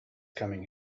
coming